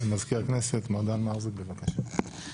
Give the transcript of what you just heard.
מזכיר הכנסת, מר דן מזרוק, בבקשה.